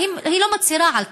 היא לא מצהירה על תוכנית,